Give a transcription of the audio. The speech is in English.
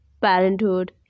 parenthood